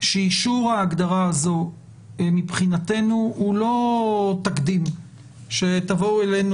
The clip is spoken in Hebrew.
שאישור ההגדרה הזו מבחינתנו הוא לא תקדים שתבואו אלינו